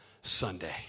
Sunday